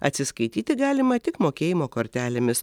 atsiskaityti galima tik mokėjimo kortelėmis